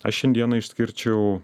aš šiandieną išskirčiau